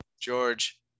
George